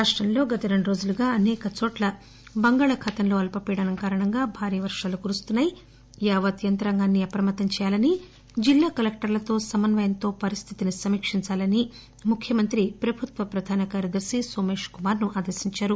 రాష్టంలో గత రెండు రోజులుగా అనేక చోట్ల బం గాళాఖాతంలో అల్సపీడనం కారణంగా భారీ వర్గాలు కురుస్తున్నా యి యావత్ యంత్రాంగాన్ని అప్రమత్తం చేయాలని జిల్లా కలెక్షర్లతో సమన్వయంతో పరిస్థితి ని సమీక్షించాలని ముఖ్యమంత్రి ప్రభుత్వ ప్రధాన కార్యదర్శి సోమేష్ కుమార్ ను ఆదే శించారు